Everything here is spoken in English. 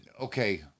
Okay